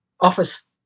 office